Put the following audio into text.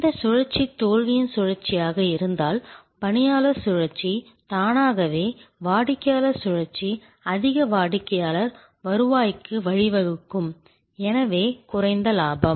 இந்த சுழற்சி தோல்வியின் சுழற்சியாக இருந்தால் பணியாளர் சுழற்சி தானாகவே வாடிக்கையாளர் சுழற்சி அதிக வாடிக்கையாளர் வருவாய்க்கு வழிவகுக்கும் எனவே குறைந்த லாபம்